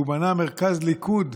שהוא בנה מרכז ליכוד,